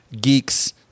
geeks